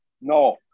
No